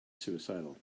suicidal